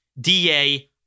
DA